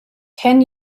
ten